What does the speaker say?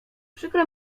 przykro